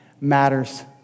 matters